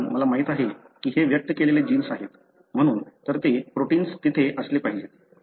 कारण मला माहित आहे की हे व्यक्त केलेले जीन्स आहे म्हणून तर ते प्रोटिन्स तेथे असले पाहिजेत